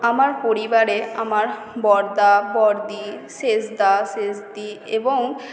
আমার পরিবারে আমার বড়দা বড়দি সেজদা সেজদি